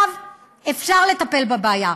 עכשיו אפשר לטפל בבעיה.